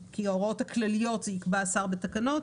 כי את ההוראות הכלליות יקבע השר בתקנות,